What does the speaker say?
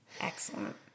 excellent